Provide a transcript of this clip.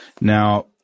Now